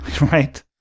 Right